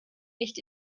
nicht